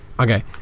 Okay